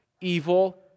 Evil